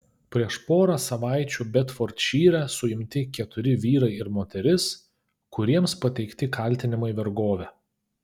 prieš porą savaičių bedfordšyre suimti keturi vyrai ir moteris kuriems pateikti kaltinimai vergove